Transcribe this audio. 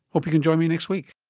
hope you can join me next week